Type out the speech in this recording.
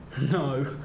No